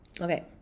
Okay